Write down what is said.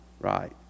right